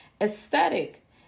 Aesthetic